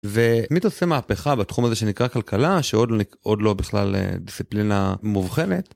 ומי תעשה מהפכה בתחום הזה שנקרא כלכלה שעוד עוד לא בכלל דיסציפלינה מובחנת.